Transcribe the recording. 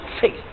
faith